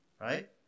right